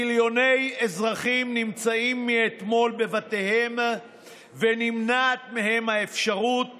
מיליוני אזרחים נמצאים מאתמול בבתיהם ונמנעת מהם האפשרות